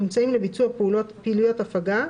אמצעים לביצוע פעילויות הפגה,